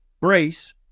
brace